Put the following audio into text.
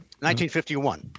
1951